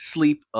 Sleep